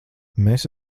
mēs